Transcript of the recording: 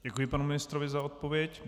Děkuji panu ministrovi za odpověď.